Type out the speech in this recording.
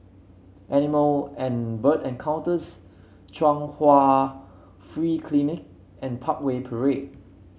Animal and Bird Encounters Chung Hwa Free Clinic and Parkway Parade